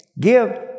Give